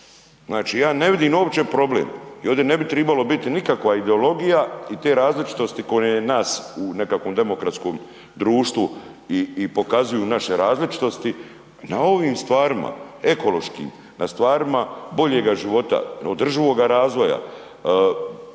Znači ja ne vidim uopće problem i ovdje ne bi trebalo biti nikakva ideologija i te različitosti koje nas u nekakvom demokratskom društvu i pokazuju naše različitosti, na ovim stvarima, ekološkim, na stvarima boljega života, održivoga razvija, stvaranja